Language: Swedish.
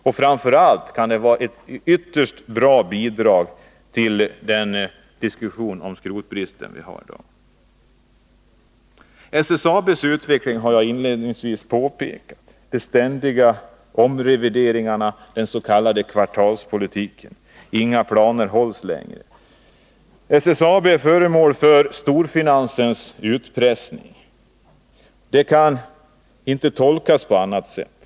I diskussionen om Spännarhyttans vara eller inte vara får vi inte heller glömma den skrotbrist som finns i dag. SSAB:s utveckling har jag inledningsvis beskrivit — de ständiga omrevideringarna, den s.k. kvartalspolitiken. Inga planer hålls längre. SSAB är föremål för storfinansens utpressning — på annat sätt kan det inte tolkas.